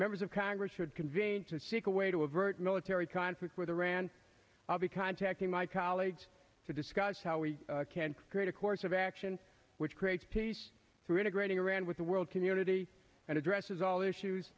members of congress who convene to seek a way to avert military conflict with iran i'll be contacting my colleagues to discuss how we can create a course of action which creates peace through integrating iran with the world community and addresses all the issues